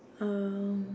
um